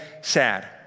sad